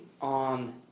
on